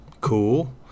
Cool